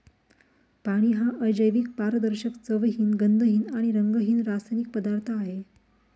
पाणी हा अजैविक, पारदर्शक, चवहीन, गंधहीन आणि रंगहीन रासायनिक पदार्थ आहे